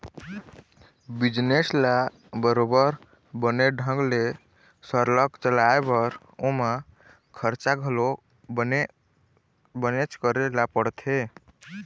business ल बरोबर बने ढंग ले सरलग चलाय बर ओमा खरचा घलो बनेच करे ल परथे